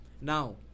now